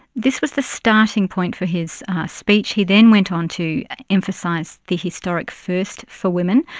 this was the starting point for his speech. he then went on to emphasise the historic first for women.